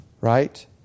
right